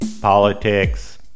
Politics